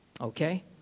Okay